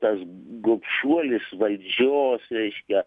tas gobšuolis valdžios reiškia